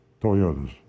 Toyotas